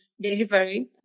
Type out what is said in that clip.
delivery